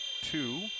two